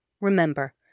Remember